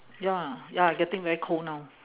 ya ya getting very cold now